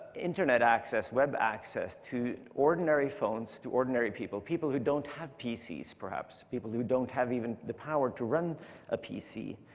internet access, web access, to ordinary phones, to ordinary people. people who don't have pcs, perhaps. people who don't have even the power to run a pc.